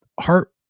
heart